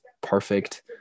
perfect